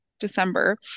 December